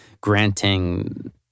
granting